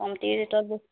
কমতি ৰেটট